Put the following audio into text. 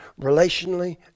relationally